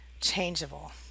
changeable